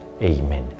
Amen